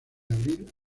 abril